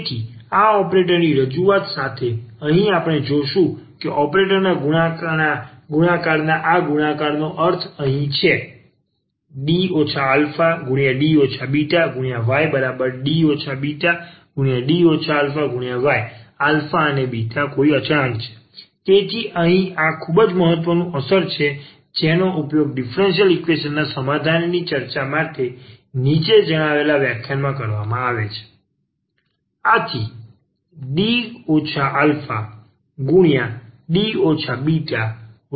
તેથી આ ઓપરેટર ની આ રજૂઆત સાથે અહીં આપણે શું જોશો કે ઓપરેટરના ગુણાકાર ના આ ગુણાકાર નો અર્થ અહીં છે D αD βyD βD αy αβ being any constant તેથી આ અહીં ખૂબ જ મહત્વપૂર્ણ અસર છે જેનો ઉપયોગ ડીફરન્સીયલ ઈકવેશન ના સમાધાનની ચર્ચા કરવા માટે નીચેના વ્યાખ્યાનોમાં કરવામાં આવશે